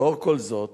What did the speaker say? לאור כל זאת